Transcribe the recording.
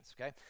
okay